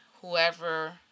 whoever